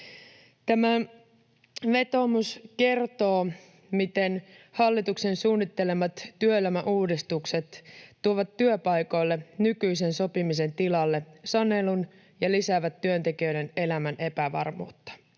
Tämä vetoomus kertoo, miten hallituksen suunnittelemat työelämän uudistukset tuovat työpaikoille nykyisen sopimisen tilalle sanelun ja lisäävät työntekijöiden elämän epävarmuutta.